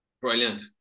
Brilliant